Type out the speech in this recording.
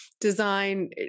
design